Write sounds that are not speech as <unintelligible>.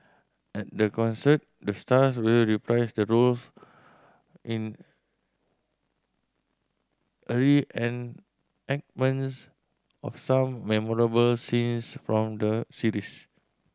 at the concert the stars will reprise the roles in <unintelligible> of some memorable scene from the series